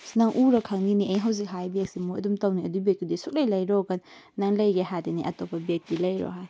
ꯑꯁ ꯅꯪ ꯎꯔ ꯈꯪꯅꯤꯅꯦ ꯑꯩ ꯍꯧꯖꯤꯛ ꯍꯥꯏꯔꯤꯕ ꯕꯦꯒꯁꯦ ꯃꯣꯏ ꯑꯗꯨꯝ ꯇꯧꯅꯩ ꯑꯗꯨꯏ ꯕꯦꯒꯇꯨꯗꯤ ꯁꯨꯛꯂꯩ ꯂꯩꯔꯣꯒ ꯅꯪ ꯂꯩꯒꯦ ꯍꯥꯏꯔꯗꯤꯅꯦ ꯑꯇꯣꯞꯄ ꯕꯦꯒꯇꯤ ꯂꯩꯔꯣ ꯍꯦ